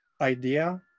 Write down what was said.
idea